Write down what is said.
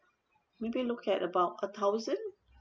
maybe look at about a thousand